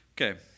okay